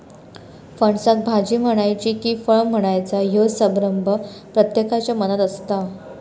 फणसाक भाजी म्हणायची कि फळ म्हणायचा ह्यो संभ्रम प्रत्येकाच्या मनात असता